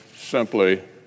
simply